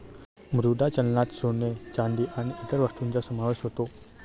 मुद्रा चलनात सोने, चांदी आणि इतर वस्तूंचा समावेश होतो